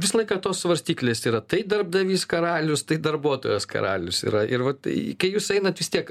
visą laiką tos svarstyklės yra tai darbdavys karalius tai darbuotojas karalius yra ir vat tai kai jūs einat vis tiek